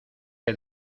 que